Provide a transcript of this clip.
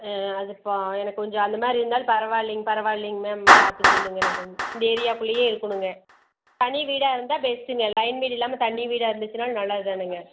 ஆ அது பா எனக்கு கொஞ்சம் அந்தமாதிரி இருந்தாலும் பரவாயில்லைங்க பரவாயில்லைங்க மேம் பார்த்து சொல்லுங்கள் எனக்கு கொஞ்ச இந்த ஏரியா குள்ளையே இருக்கணுங்க தனி வீடாக இருந்தால் பெஸ்ட்டுங்க லைன் வீடாக இல்லாமல் தனி வீடாக இருந்துச்சுன்னாலும் நல்லது தானுங்க